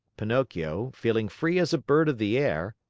pinocchio, feeling free as a bird of the air,